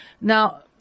Now